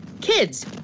Kids